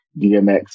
DMX